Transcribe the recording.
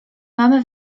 mamy